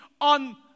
on